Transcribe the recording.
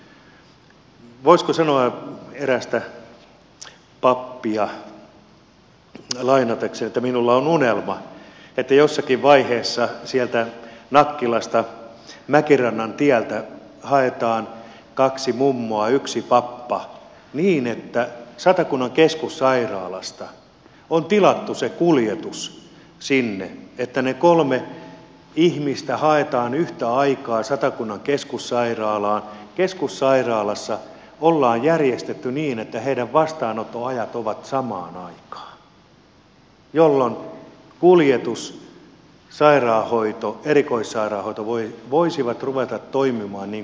voisiko sanoa erästä pappia lainatakseni että minulla on unelma että jossakin vaiheessa sieltä nakkilasta mäkirannantieltä haetaan kaksi mummoa ja yksi pappa niin että satakunnan keskussairaalasta on tilattu se kuljetus sinne että ne kolme ihmistä haetaan yhtä aikaa satakunnan keskussairaalaan keskussairaalassa ollaan järjestetty niin että heidän vastaanottoaikansa ovat samaan aikaan jolloin kuljetus sairaanhoito erikoissairaanhoito voisivat ruveta toimimaan niin kuin pitää